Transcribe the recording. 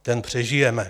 Ten přežijeme.